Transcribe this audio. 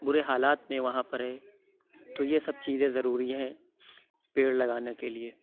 بُرے حالات میں وہاں پر ہے تو یہ سب چیزیں ضروری ہیں پیڑ لگانے کے لیے